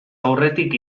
aurretik